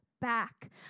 back